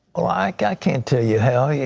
like i can't tell you how. yeah